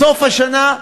בסוף השנה,